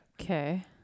okay